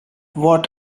what